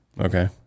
Okay